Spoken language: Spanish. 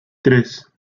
tres